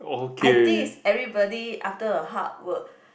I think is everybody after a hard work